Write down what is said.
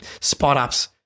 spot-ups